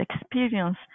experience